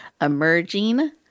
Emerging